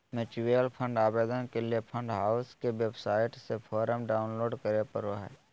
mutual fund आवेदन ले fund house के वेबसाइट से फोरम डाऊनलोड करें परो हय